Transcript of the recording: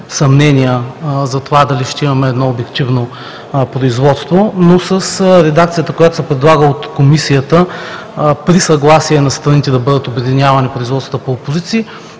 съмнения за това дали ще имаме едно обективно производство, но с редакцията, която се предлага от Комисията при съгласие на страните да бъдат обединявани производствата по опозиции,